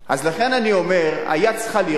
אז לכן אני אומר שהיד צריכה לרעוד.